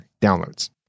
downloads